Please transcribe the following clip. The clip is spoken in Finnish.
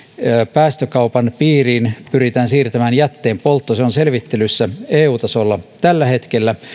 päästökaupan piiriin pyritään siirtämään jätteenpoltto se on selvittelyssä eu tasolla tällä hetkellä